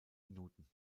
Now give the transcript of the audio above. minuten